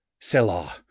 Selah